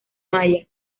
maya